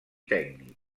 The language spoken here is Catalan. tècnic